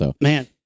Man